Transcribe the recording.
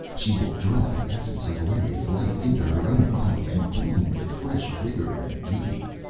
she will draw the essence of valeria's life into her own body, and bloom with fresh vigor and beauty.